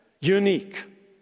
unique